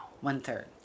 One-third